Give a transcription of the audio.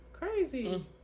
Crazy